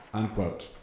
unquote.